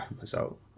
result